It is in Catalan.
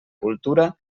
cultura